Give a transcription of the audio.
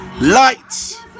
lights